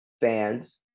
fans